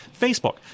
Facebook